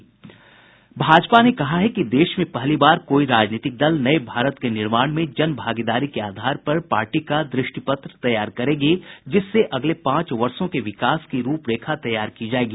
भाजपा ने कहा है कि देश में पहली बार कोई राजनीतिक दल नये भारत के निर्माण में जन भागीदारी के आधार पर पार्टी का द्रष्टिपत्र तैयार करेगी जिससे अगले पांच वर्षो के विकास की रूप रेखा तैयार की जायेगी